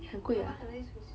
private candidate 是